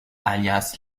alias